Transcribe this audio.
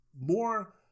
more